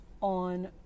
on